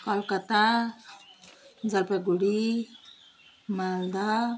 Calcutta Jalpaiguri Malda